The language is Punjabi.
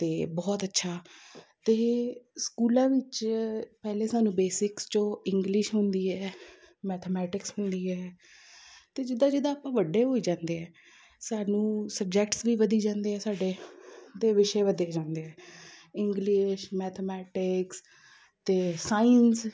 ਅਤੇ ਬਹੁਤ ਅੱਛਾ ਅਤੇ ਸਕੂਲਾਂ ਵਿੱਚ ਪਹਿਲੇ ਸਾਨੂੰ ਬੇਸਿਕਸ 'ਚੋਂ ਇੰਗਲਿਸ਼ ਹੁੰਦੀ ਹੈ ਮੈਥਾਮੈਟਿਕਸ ਹੁੰਦੀ ਹੈ ਅਤੇ ਜਿੱਦਾਂ ਜਿੱਦਾਂ ਆਪਾਂ ਵੱਡੇ ਹੋਈ ਜਾਂਦੇ ਹੈ ਸਾਨੂੰ ਸਬਜੈਕਟਸ ਵੀ ਵਧੀ ਜਾਂਦੇ ਹੈ ਸਾਡੇ ਅਤੇ ਵਿਸ਼ੇ ਵਧੇ ਜਾਂਦੇ ਹੈ ਇੰਗਲਿਸ਼ ਮੈਥਾਮੈਟਿਕਸ ਅਤੇ ਸਾਇੰਸ